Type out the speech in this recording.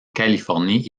californie